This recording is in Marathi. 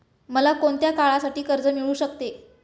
मला कोणत्या काळासाठी कर्ज मिळू शकते?